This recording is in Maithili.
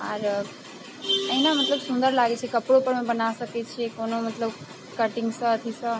आओर एहिना मतलब सुन्दर लागै छै कपड़ोपर बना सकै छिए कोनो मतलब कटिङ्गसँ अथीसँ